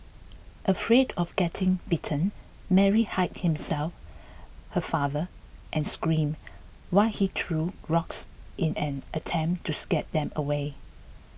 afraid of getting bitten Mary hid himself her father and screamed while he threw rocks in an attempt to scare them away